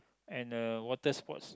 and the water sports